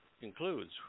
concludes